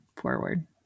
forward